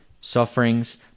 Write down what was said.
Sufferings